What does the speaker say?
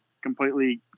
completely